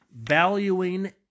Valuing